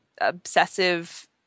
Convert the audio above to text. obsessive